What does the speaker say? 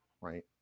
right